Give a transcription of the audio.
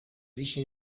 dije